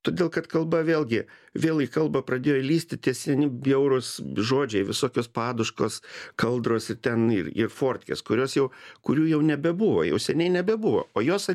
todėl kad kalba vėlgi vėl į kalbą pradėjo lįsti tie seni bjaurūs žodžiai visokios paduškos kaldros ir ten ir ir fortkės kurios jau kurių jau nebebuvo jau seniai nebebuvo o jos a